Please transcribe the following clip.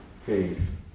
faith